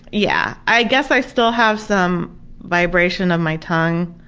yeah. i guess i still have some vibration of my tongue.